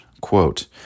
quote